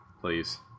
Please